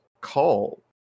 call